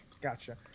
Gotcha